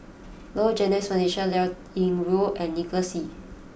Low Jimenez Felicia Liao Yingru and Nicholas Ee